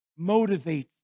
motivates